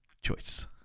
Choice